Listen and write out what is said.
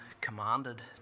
commanded